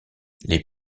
les